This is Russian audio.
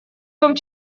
том